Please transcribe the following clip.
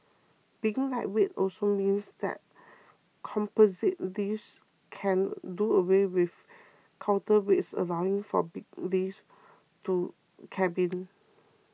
being lightweight also means that composite lifts can do away with counterweights allowing for bigger lift to cabins